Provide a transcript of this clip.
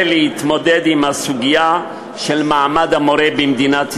להתמודד עם הסוגיה של מעמד המורה במדינת ישראל,